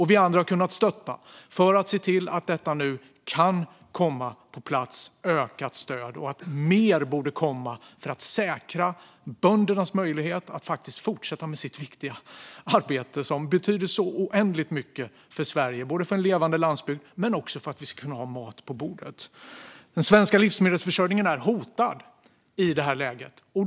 Vi andra har kunnat stötta arbetet med att se till att det nu kommer ökat stöd, och mer borde komma för att säkra böndernas möjlighet att fortsätta med sitt viktiga arbete, som betyder så oändligt mycket för Sverige, både för en levande landsbygd och för att vi ska kunna ha mat på bordet. Den svenska livsmedelsförsörjningen är i det här läget hotad.